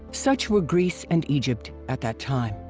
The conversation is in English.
such were greece and egypt at that time.